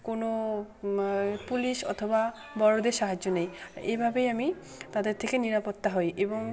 কোনো পুলিশ অথবা বড়োদের সাহায্য নিই এইভাবেই আমি তাদের থেকে নিরাপত্তা হই এবং